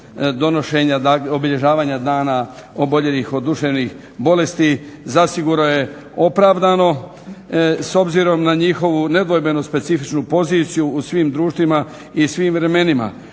donošenja, dakle obilježavanja Dana oboljelih od duševnih bolesti, zasigurno je opravdano. S obzirom na njihovu nedvojbeno specifičnu poziciju u svim društvima i svim vremenima